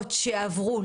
זה.